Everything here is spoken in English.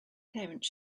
parents